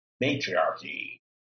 matriarchy